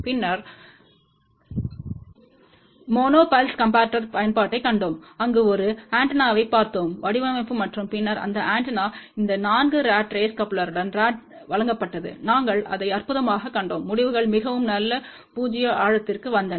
பின்னர் monopoles comparator பயன்பாட்டைக் கண்டோம் அங்கு ஒரு ஆண்டெனாவைப் பார்த்தோம் வடிவமைப்பு மற்றும் பின்னர் அந்த ஆண்டெனா இந்த 4 ராட் ரேஸ் கப்ளருடன் வழங்கப்பட்டது நாங்கள் அதை அற்புதமாகக் கண்டோம் முடிவுகள் மிகவும் நல்ல பூஜ்ய ஆழத்திற்கு வந்தன